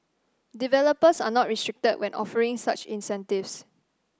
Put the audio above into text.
developers are not restricted when offering such incentives